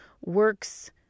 works